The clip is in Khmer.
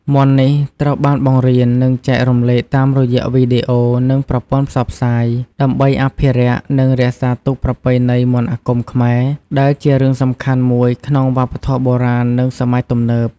មន្តនេះត្រូវបានបង្រៀន និងចែករំលែកតាមរយៈវីដេអូ និងប្រព័ន្ធផ្សព្វផ្សាយ ដើម្បីអភិរក្ស និងរក្សាទុកប្រពៃណីមន្តអាគមខ្មែរ ដែលជារឿងសំខាន់មួយក្នុងវប្បធម៌បុរាណ និងសម័យទំនើប។